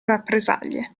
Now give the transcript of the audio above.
rappresaglie